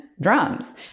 drums